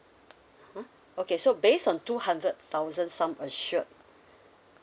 !huh! okay so based on two hundred thousand sum assured